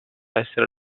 essere